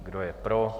Kdo je pro?